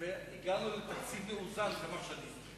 והגענו לתקציב מאוזן כמה שנים.